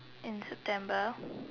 in September